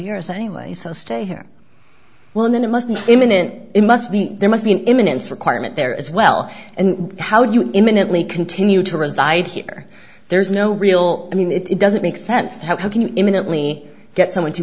years anyway so stay here well then it must be imminent it must be there must be an imminence requirement there as well and how do you imminently continue to reside here there's no real i mean it doesn't make sense how can you immediately get someone to